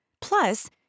Plus